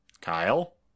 Kyle